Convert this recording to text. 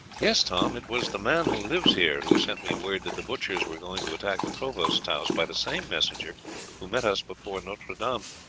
yes, tom. it was the man who lives here who sent me word that the butchers were going to attack the provost's house, by the same messenger who met us before notre dame,